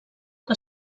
que